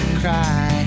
cry